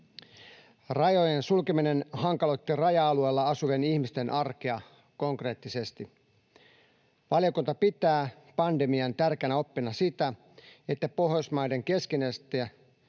Rajojen sulkeminen hankaloitti raja-alueilla asuvien ihmisten arkea konkreettisesti. Valiokunta pitää pandemian tärkeänä oppina sitä, että Pohjoismaiden keskinäistä